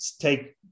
take